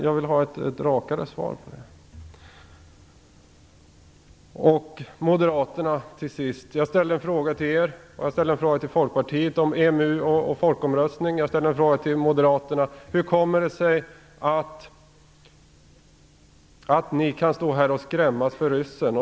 Jag vill ha ett rakare svar på detta. Jag ställde en fråga till Folkpartiet om EMU och folkomröstning, och jag ställde en fråga till Moderaterna om hur det kommer sig att ni kan stå här och skrämmas för ryssen.